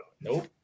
Nope